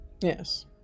Yes